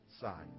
side